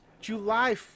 July